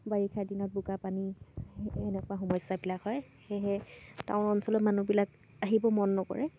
বাৰিষাৰ দিনত বোকা পানী সেনেকুৱা সমস্যাবিলাক হয় সেয়েহে টাউন অঞ্চলৰ মানুহবিলাক আহিব মন নকৰে